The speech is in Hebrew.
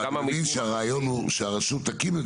אני מבין שהרעיון הוא שהרשות תקים את